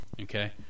Okay